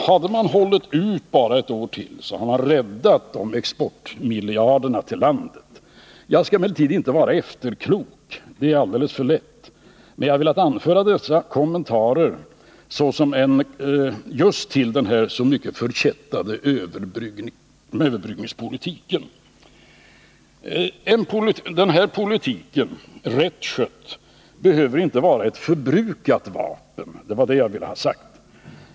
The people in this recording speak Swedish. Hade man hållit ut bara ett år till, hade man räddat de exportmiljarderna till landet. Jag skall emellertid inte vara efterklok — det är alldeles för lätt — men jag har velat anföra dessa kommentarer till den så förkättrade överbryggningspolitiken. Den politiken, rätt skött, behöver inte vara ett förbrukat vapen.